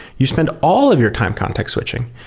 you spend all of your time context switching.